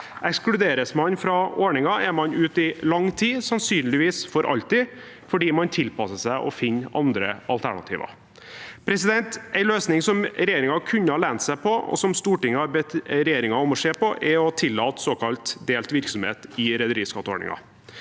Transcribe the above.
Ekskluderes man fra ordningen, er man ute i lang tid, sannsynligvis for alltid, fordi man tilpasser seg og finner andre alternativer. En løsning som regjeringen kunne ha lent seg på, og som Stortinget har bedt regjeringen om å se på, er å tillate såkalt delt virksomhet i rederiskatteordningen.